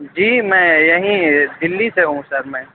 جی میں یہیں دلّی سے ہوں سر میں